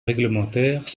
réglementaires